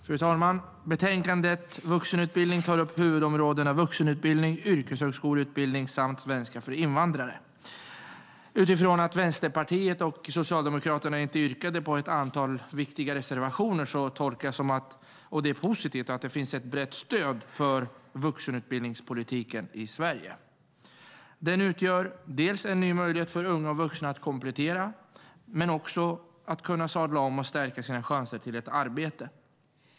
Fru talman! Betänkandet Vuxenutbildning tar upp huvudområdena vuxenutbildning, yrkeshögskoleutbildning samt svenska för invandrare. Med tanke på att Vänsterpartiet och Socialdemokraterna inte yrkade på ett antal viktiga reservationer, och det är positivt, tolkar jag det som att det finns ett brett stöd för vuxenutbildningspolitiken i Sverige. Den utgör dels en ny möjlighet för unga och vuxna att komplettera, dels att kunna sadla om och stärka sina chanser till ett arbete.